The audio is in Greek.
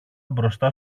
μπροστά